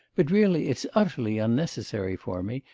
but really it's utterly unnecessary for me.